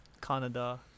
Canada